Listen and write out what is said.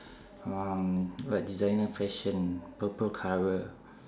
um got designer fashion purple colour